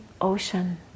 ocean